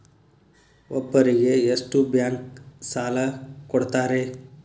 ಒಬ್ಬರಿಗೆ ಎಷ್ಟು ಬ್ಯಾಂಕ್ ಸಾಲ ಕೊಡ್ತಾರೆ?